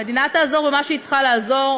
המדינה תעזור במה שהיא צריכה לעזור,